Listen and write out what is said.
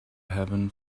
heaven